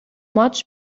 much